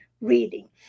reading